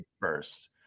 First